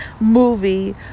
movie